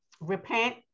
repent